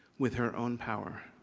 with her own power.